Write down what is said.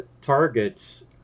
targets